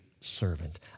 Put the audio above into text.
servant